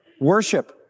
worship